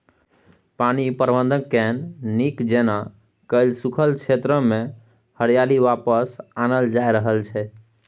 पानि प्रबंधनकेँ नीक जेना कए सूखल क्षेत्रमे हरियाली वापस आनल जा रहल छै